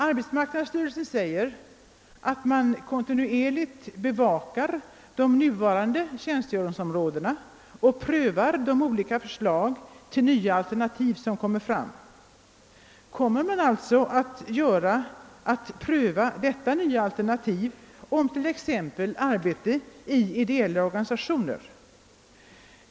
Arbetsmarknadsstyrelsen framhåller att den kontinuerligt bevakar de nuvarande tjänstgöringsområdena och prövar de olika förslag till nya alternativ som läggs fram. Kommer man alltså att pröva detta nya alternativ om t.ex. arbete i ideella organisationer?